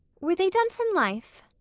were they done from life?